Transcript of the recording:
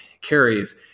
carries